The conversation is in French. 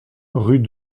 rue